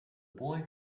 boy